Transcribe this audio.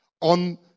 on